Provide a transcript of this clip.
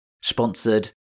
sponsored